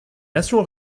nations